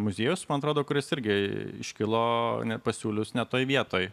muziejus man atrodo kuris irgi iškilo net pasiūlius ne toj vietoj